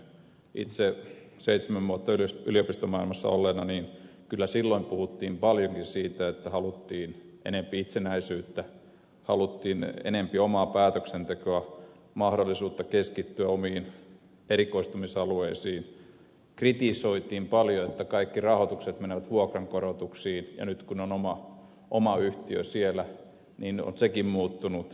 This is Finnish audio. itse seitsemän vuotta yliopistomaailmassa olleena niin kyllä silloin puhuttiin paljonkin siitä että haluttiin enempi itsenäisyyttä haluttiin enempi omaa päätöksentekoa mahdollisuutta keskittyä omiin erikoistumisalueisiin kritisoitiin paljon että kaikki rahoitukset menevät vuokrankorotuksiin ja nyt kun on oma yhtiö siellä niin on sekin muuttunut